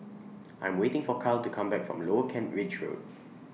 I Am waiting For Kyle to Come Back from Lower Kent Ridge Road